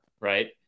Right